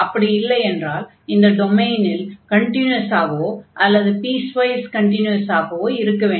அப்படி இல்லையென்றால் இந்த டொமைனில் கன்டின்யுவஸாகவோ அல்லது பீஸ்வைஸ் கன்டின்யுவஸாகவோ இருக்க வேண்டும்